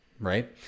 right